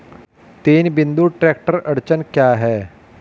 तीन बिंदु ट्रैक्टर अड़चन क्या है?